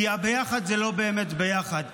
כי הביחד זה לא באמת ביחד.